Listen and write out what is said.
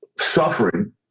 suffering